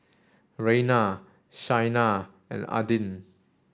Rayna Shaina and Adin